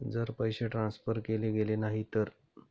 जर पैसे ट्रान्सफर केले गेले नाही तर?